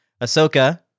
Ahsoka